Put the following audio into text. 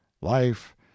life